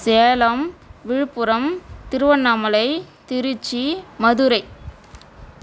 Salem Viluppuram Tiruvannamalai Tiruchi Madurai